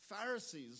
Pharisees